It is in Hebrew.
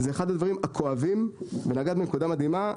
זה אחד הדברים הכואבים ונגעת בנקודה מדהימה.